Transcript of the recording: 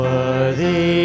Worthy